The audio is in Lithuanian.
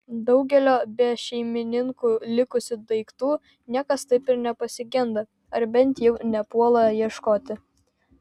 daugelio be šeimininkų likusių daiktų niekas taip ir nepasigenda ar bent jau nepuola ieškoti